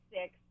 six